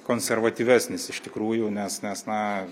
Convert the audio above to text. konservatyvesnis iš tikrųjų nes nes na